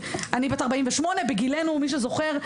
למי שזוכר,